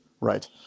Right